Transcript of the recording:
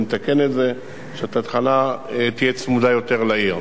לתקן את זה שההתחלה תהיה צמודה יותר לעיר.